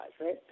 right